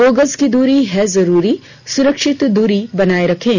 दो गज की दूरी है जरूरी सुरक्षित दूरी बनाए रखें